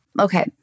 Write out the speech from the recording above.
Okay